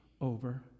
over